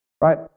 right